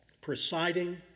presiding